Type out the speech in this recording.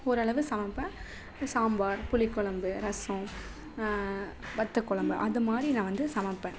ஓரளவு சமைப்பேன் சாம்பார் புளிக்கொழம்பு ரசம் வத்தக்கொழம்பு அதைமாரி நான் வந்து சமைப்பேன்